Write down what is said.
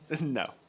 No